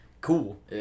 cool